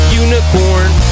unicorn